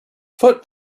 foot